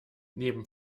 neben